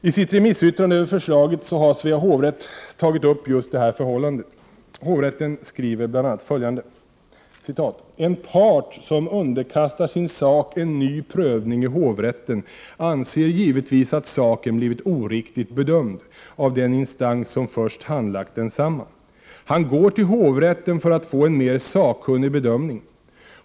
I sitt remissyttrande över förslaget har Svea hovrätt tagit upp just det här förhållandet. Hovrätten skriver bl.a. följande. ”En part som underkastar sin sak en ny prövning i hovrätten anser givetvis att saken blivit oriktigt bedömd av den instans som först handlagt densamma. Han går till hovrätten för att få en mer sakkunnig bedömning.